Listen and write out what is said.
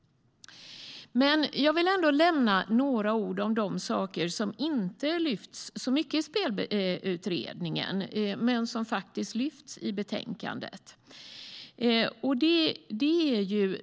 Jag vill ändå säga några ord om saker som inte lyfts fram så mycket i Spelutredningen, men som faktiskt lyfts fram i betänkandet.